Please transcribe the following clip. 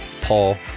Paul